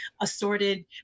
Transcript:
assorted